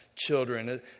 children